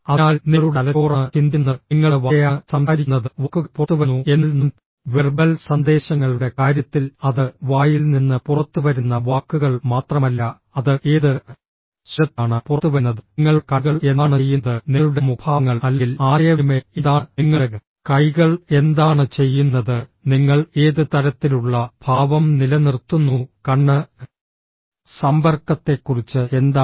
അതിനാൽ നിങ്ങളുടെ തലച്ചോറാണ് ചിന്തിക്കുന്നത് നിങ്ങളുടെ വായയാണ് സംസാരിക്കുന്നത് വാക്കുകൾ പുറത്തുവരുന്നു എന്നാൽ നോൺ വെർബൽ സന്ദേശങ്ങളുടെ കാര്യത്തിൽ അത് വായിൽ നിന്ന് പുറത്തുവരുന്ന വാക്കുകൾ മാത്രമല്ല അത് ഏത് സ്വരത്തിലാണ് പുറത്തുവരുന്നത് നിങ്ങളുടെ കണ്ണുകൾ എന്താണ് ചെയ്യുന്നത് നിങ്ങളുടെ മുഖഭാവങ്ങൾ അല്ലെങ്കിൽ ആശയവിനിമയം എന്താണ് നിങ്ങളുടെ കൈകൾ എന്താണ് ചെയ്യുന്നത് നിങ്ങൾ ഏത് തരത്തിലുള്ള ഭാവം നിലനിർത്തുന്നു കണ്ണ് സമ്പർക്കത്തെക്കുറിച്ച് എന്താണ്